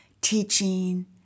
teaching